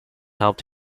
helped